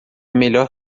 melhor